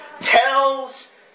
tells